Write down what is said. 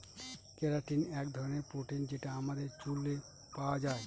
keratin এক ধরনের protein যেটা আমাদের চুলে পাওয়া যায়